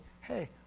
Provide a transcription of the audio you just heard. Hey